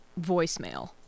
Voicemail